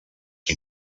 qui